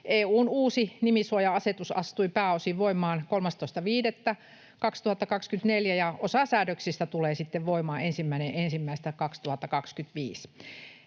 EU:n uusi nimisuoja-asetus astui pääosin voimaan 13.5.2024, ja osa säädöksistä tulee sitten voimaan 1.1.2025.